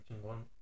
one